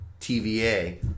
TVA